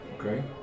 Okay